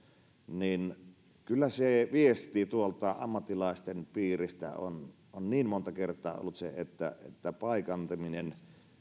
niin kyllä se viesti tuolta ammattilaisten piiristä on niin monta kertaa ollut se että paikantaminen